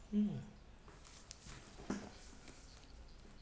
hmm